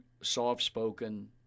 soft-spoken